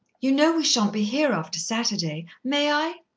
you know we shan't be here after saturday. may i?